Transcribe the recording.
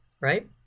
right